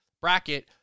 bracket